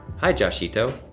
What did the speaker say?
hi josh sheeto,